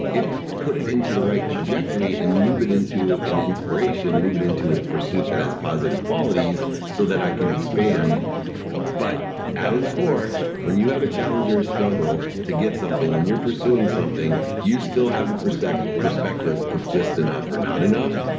put it into the right trajectory and you move it into an inspiration, move it into a pursuit that has positive qualities so that i can expand but at its core, when you have a challenge or a struggle to get something, when you're pursuing something you still have a perspective perspective of just enough or not enough.